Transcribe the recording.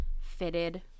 fitted